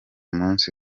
munsi